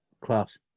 Class